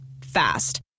fast